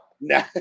No